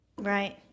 Right